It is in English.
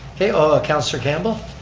okay, ah ah councilor campbell.